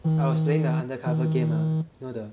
I was playing the undercover game ah you know the